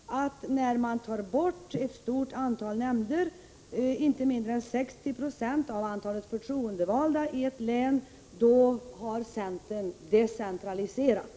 Herr talman! När man tar bort ett stort antal nämnder och inte mindre än 60 20 av antalet förtroendevalda i ett län, då har centern decentraliserat.